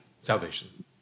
Salvation